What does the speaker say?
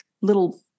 little